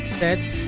set